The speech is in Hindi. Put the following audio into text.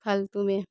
फालतू में